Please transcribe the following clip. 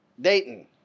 dayton